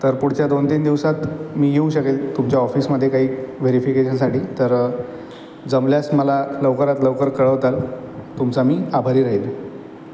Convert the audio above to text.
पुढच्या दोनतीन दिवसात मी येऊ शकेन तुमच्या ऑफिसमध्ये काही व्हेरीफीकेशनसाठी तर जमल्यास मला लवकरात लवकर कळवताल तुमचा मी आभारी राहील